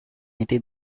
épais